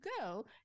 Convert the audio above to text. go